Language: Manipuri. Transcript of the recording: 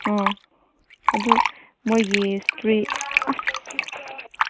ꯑꯣ ꯑꯗꯨ ꯃꯣꯏꯒꯤ ꯏꯁꯇ꯭ꯔꯤꯠ ꯑꯁ